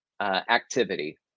activity